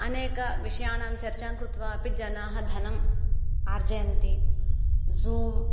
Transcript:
अनेकविषयाणां चर्चाङ्कृत्वा अपि जनाः धनम् अर्जयन्ति जूम्